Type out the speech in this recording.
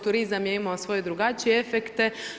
Turizam je imao svoje drugačije efekte.